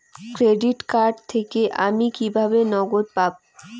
Credit card থেকে আমি কিভাবে নগদ পাব?